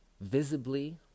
Visibly